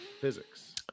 physics